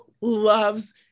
loves